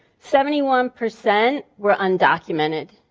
seventy one percent were undocumented.